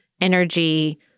energy